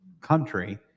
country